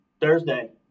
Thursday